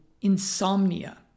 insomnia